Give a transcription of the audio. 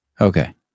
Okay